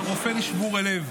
הרפא לשבורי לב"